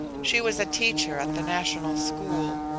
she was a teacher at the national school.